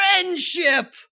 friendship